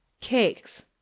Cakes